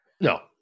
No